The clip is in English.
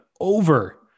over